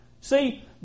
See